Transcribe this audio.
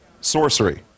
sorcery